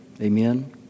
Amen